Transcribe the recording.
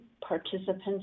participants